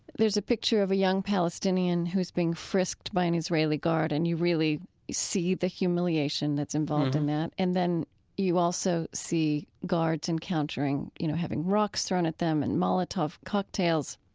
there's a picture of a young palestinian who's being frisked by a and israeli guard, and you really see the humiliation that's involved in that. and then you also see guards encountering, you know, having rocks thrown at them and molotov cocktails,